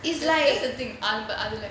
it's like